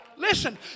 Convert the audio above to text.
Listen